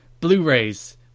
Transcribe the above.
blu-rays